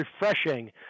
refreshing